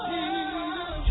Jesus